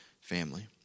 family